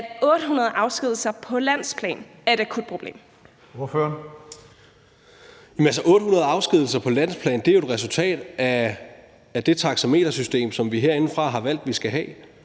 Thomas Skriver Jensen (S): Jamen 800 afskedigelser på landsplan er jo et resultat af det taxametersystem, som vi herindefra har valgt at vi skal have.